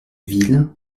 ville